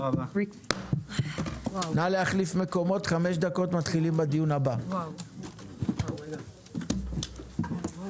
הישיבה ננעלה בשעה 11:42.